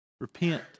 repent